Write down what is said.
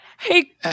Hey